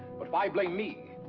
but why blame me?